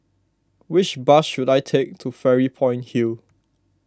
which bus should I take to Fairy Point Hill